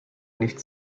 nicht